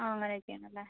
ആ അങ്ങനെ ഒക്കെ ആണ് അല്ലേ